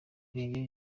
reyo